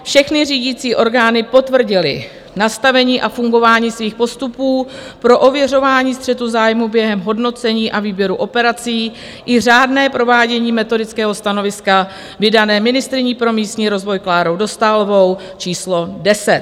Všechny řídící orgány potvrdily nastavení a fungování svých postupů pro ověřování střetu zájmů během hodnocení a výběru operací i řádné provádění metodického stanoviska vydaného ministryní pro místní rozvoj Klárou Dostálovou číslo 10.